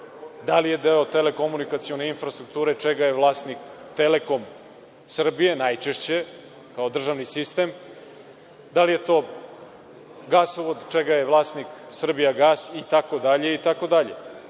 Da li je deo telekomunikacione infrastrukture čega je vlasnik „Telekom Srbija“ najčešće kao državni sistem? Da li je to gasovod, čega je vlasnik „Srbijagas“ itd? Sve